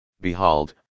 Behold